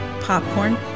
Popcorn